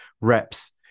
reps